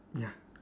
ya